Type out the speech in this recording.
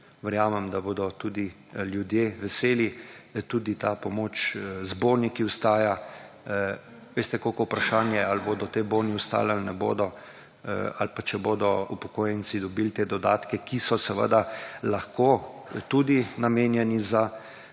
verjamem, da bodo tudi ljudje veseli. Tudi ta pomoč z boni, ki ostaja. Veste, kako vprašanje ali bodo te boni ostali ali ne bodo ali pa če bodo upokojenci dobili te dodatke, ki so seveda lahko tudi namenjeni za